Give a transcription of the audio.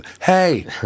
Hey